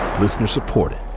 Listener-supported